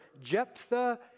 Jephthah